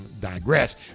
digress